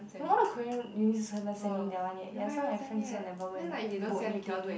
you know all the Korean uni also havent send in that one yet ya so my friends also never like book anything